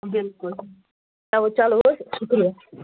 بِلکُل چلو چلو أسۍ شُکریہ